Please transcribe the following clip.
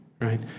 right